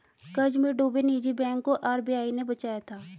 कर्ज में डूबे निजी बैंक को आर.बी.आई ने बचाया था